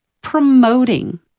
promoting